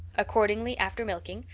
accordingly, after milking,